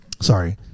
sorry